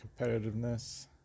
competitiveness